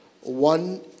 one